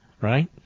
right